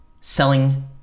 selling